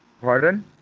Pardon